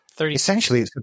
Essentially